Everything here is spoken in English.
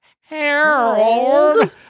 Harold